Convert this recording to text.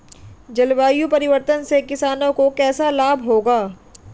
जलवायु परिवर्तन से किसानों को कैसे लाभ होगा?